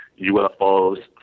UFOs